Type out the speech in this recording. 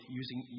using